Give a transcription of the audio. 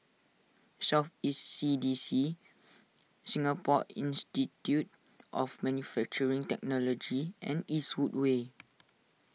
South East C D C Singapore Institute of Manufacturing Technology and Eastwood Way